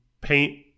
paint